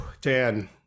Dan